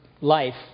Life